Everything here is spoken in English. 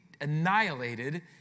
annihilated